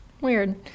Weird